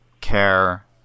care